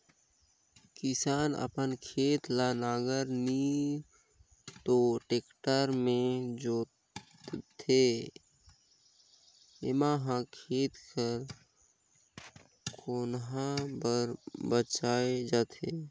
किसान अपन खेत ल नांगर नी तो टेक्टर मे जोतथे एम्हा खेत कर कोनहा हर बाएच जाथे